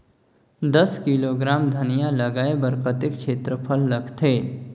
दस किलोग्राम धनिया लगाय बर कतेक क्षेत्रफल लगथे?